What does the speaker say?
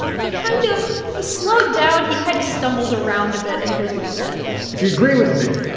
he kind of he slowed down. he kind of stumbled around a bit, and here's what he said if you agree with me,